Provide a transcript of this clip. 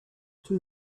two